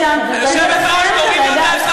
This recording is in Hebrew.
מוציאים חברי קואליציה מהדיון.